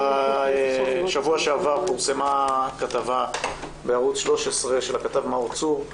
בשבוע שעבר פורסמה כתבה בערוץ 13 של מאור צור,